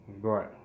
Right